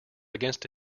against